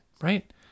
right